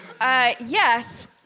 yes